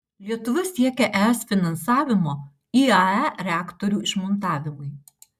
lietuva siekia es finansavimo iae reaktorių išmontavimui